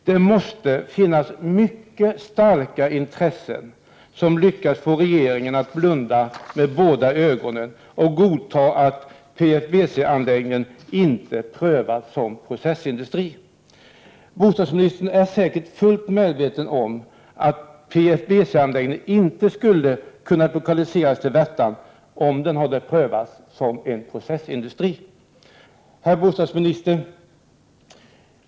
Det måste finnas mycket starka intressen som lyckats få regeringen att blunda med båda ögonen och godta att PFBC-anläggningen inte prövas som en processindustri. Bostadsministern är säkert fullt medveten om att PFBC-anläggningen inte skulle ha kunnat lokaliseras till Värtan, om den hade prövats som en processindustri. Herr bostadsminister!